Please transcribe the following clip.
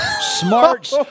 smart